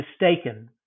mistaken